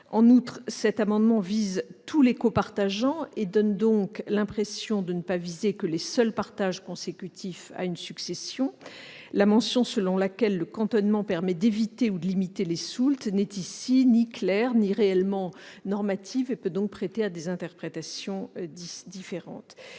En outre, cet amendement vise tous les copartageants et donne donc l'impression de ne pas viser que les seuls partages consécutifs à une succession. La mention selon laquelle le cantonnement permet d'éviter ou de limiter les soultes n'est ici ni claire ni réellement normative et peut donc prêter à des interprétations différentes.